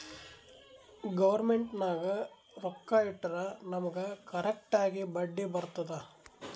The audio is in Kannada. ಗೌರ್ಮೆಂಟ್ ನಾಗ್ ರೊಕ್ಕಾ ಇಟ್ಟುರ್ ನಮುಗ್ ಕರೆಕ್ಟ್ ಆಗಿ ಬಡ್ಡಿ ಬರ್ತುದ್